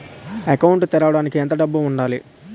Account తెరవడానికి ఎంత డబ్బు ఉండాలి?